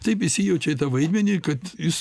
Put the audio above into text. taip įsijaučia į tą vaidmenį kad jis